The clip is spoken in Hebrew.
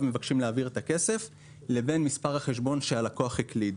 מבקשים להעביר את הכסף לבין מספר החשבון שהלקוח הקליד.